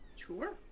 Sure